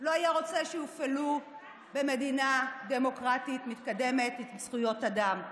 לא היה רוצה שיופעלו במדינה דמוקרטית מתקדמת עם זכויות אדם.